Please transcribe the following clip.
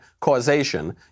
causation